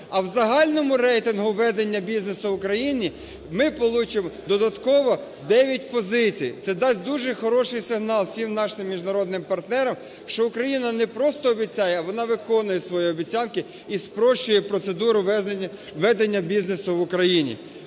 А в загальному рейтингу ведення бізнесу в Україні ми получимо додатково 9 позицій. Це дасть дуже хороший сигнал усім нашим міжнародним партнерам, що Україна не просто обіцяє, а вона виконує свої обіцянки і спрощує процедуру ведення бізнесу в Україні.